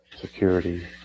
security